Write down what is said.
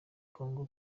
ngoma